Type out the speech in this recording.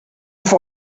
for